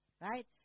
right